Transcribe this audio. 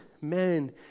men